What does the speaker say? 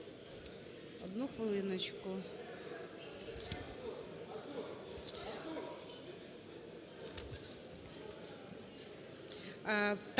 Одну хвилиночку.